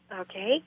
Okay